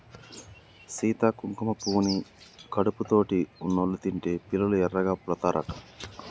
సీత కుంకుమ పువ్వుని కడుపుతోటి ఉన్నోళ్ళు తింటే పిల్లలు ఎర్రగా పుడతారట